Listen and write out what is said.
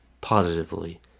positively